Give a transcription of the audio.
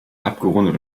abgerundet